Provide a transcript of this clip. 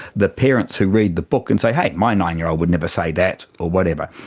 the parents who read the book and say, hey, my nine-year-old would never say that, or whatever.